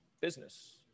business